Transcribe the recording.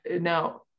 Now